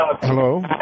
Hello